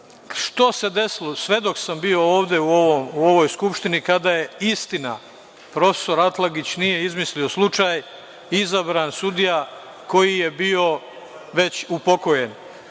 povede računa. Svedok sam bio ovde u ovoj Skupštini kada je, istina, profesor Atlagić nije izmislio slučaj, izabran sudija koji je bio već upokojen.